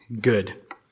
good